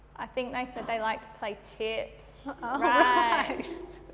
i think they said they liked to play tips, ah